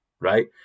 right